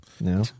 No